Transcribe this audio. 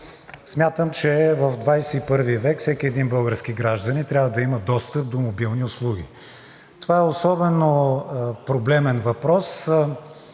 Смятам, че в ХХI век всеки един български гражданин трябва да има достъп до мобилни услуги. Това е особено проблемен въпрос,